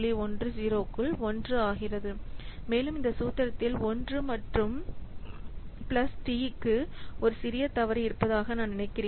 10 க்குள் 1 ஆகிறது மேலும் இந்த சூத்திரத்தில் 1 மற்றும் பிளஸ் டி க்கு ஒரு சிறிய தவறு இருப்பதாக நான் நினைக்கிறேன்